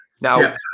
Now